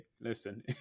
listen